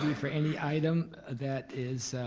for any item that is